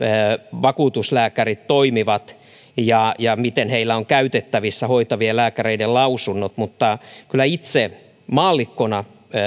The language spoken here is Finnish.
vakuutuslääkärit toimivat ja ja miten heillä on käytettävissä hoitavien lääkäreiden lausunnot mutta kyllä itse maallikkona